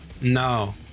No